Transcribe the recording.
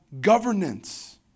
governance